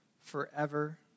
forever